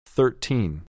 Thirteen